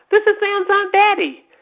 this is sam's aunt betty.